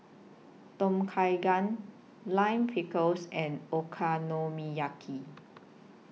Tom Kha Gai Lime Pickle and Okonomiyaki